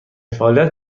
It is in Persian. فعالیت